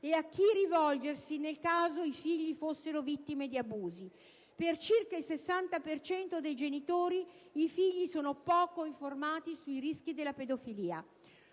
e a chi rivolgersi nel caso i figli fossero vittime di abusi; inoltre, per circa il 60 per cento dei genitori i figli sono poco informati sui rischi della pedofilia.